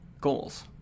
goals